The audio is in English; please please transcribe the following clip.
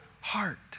heart